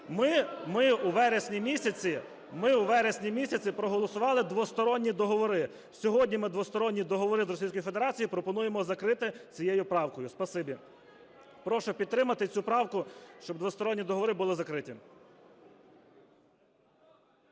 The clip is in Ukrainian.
Ми у вересні місяці проголосували двосторонні договори. Сьогодні ми двосторонні договори з Російською Федерацією пропонуємо закрити цією правкою. Спасибі. Прошу підтримати цю правку, щоб двосторонні договори були закриті.